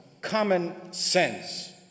common-sense